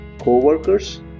co-workers